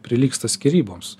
prilygsta skyryboms